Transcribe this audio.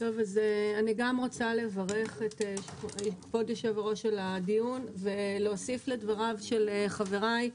אני גם רוצה לברך את כבוד היושב-ראש על הדיון ולהוסיף לדבריו של חברי,